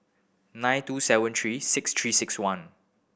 nine two seven three six Three Six One